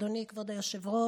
אדוני, כבוד היושב-ראש,